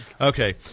Okay